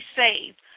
saved